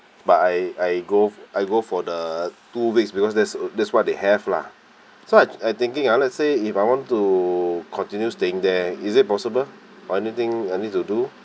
but I I go I go for the two weeks because there's there's what they have lah so I thinking I let's say if I want to continue staying there is it possible or anything I need to do